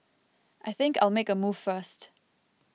I think I'll make a move first